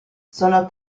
sono